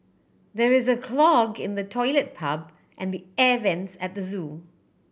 there is a clog in the toilet pipe and the air vents at the zoo